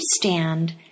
understand